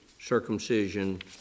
circumcision